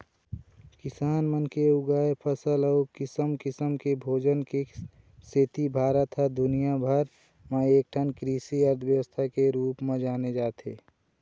किसान मन के उगाए फसल अउ किसम किसम के भोजन के सेती भारत ह दुनिया भर म एकठन कृषि अर्थबेवस्था के रूप म जाने जाथे